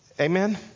Amen